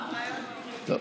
רעיון לא רע.